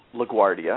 LaGuardia